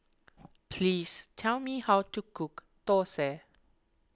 please tell me how to cook Dosa